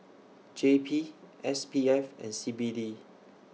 J P S P F and C B D